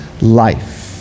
life